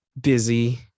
busy